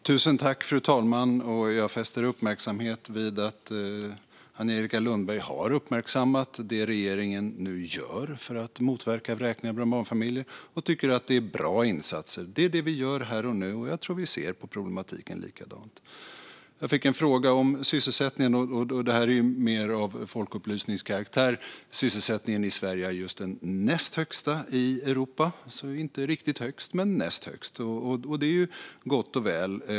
Fru talman! Jag fäster uppmärksamhet vid att Angelica Lundberg har uppmärksammat det regeringen nu gör för att motverka vräkning av barnfamiljer och tycker att det är bra insatser. Det är det vi gör här och nu, och jag tror att vi ser likadant på problematiken. Jag fick en fråga om sysselsättningen - detta är mer av folkupplysningskaraktär. Sysselsättningen i Sverige är den näst högsta i Europa. Vi är inte riktigt högst, men näst högst. Det är gott och väl.